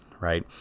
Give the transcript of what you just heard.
right